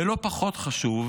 ולא פחות חשוב,